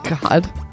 God